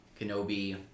Kenobi